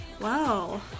Wow